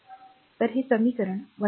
तर हे समीकरण १